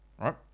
right